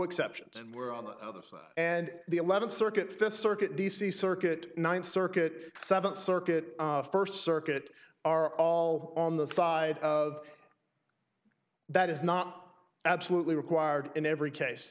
exceptions were on the other side and the eleventh circuit fifth circuit d c circuit ninth circuit seventh circuit first circuit are all on the side of that is not absolutely required in every case